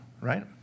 Right